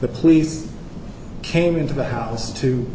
the police came into the house to